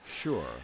Sure